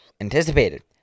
anticipated